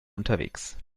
unterwegs